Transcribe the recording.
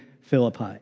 Philippi